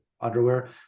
underwear